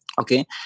okay